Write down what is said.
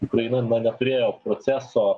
ukraina na neturėjo proceso